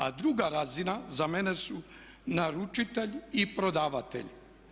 A druga razina za mene su naručitelj i prodavatelj.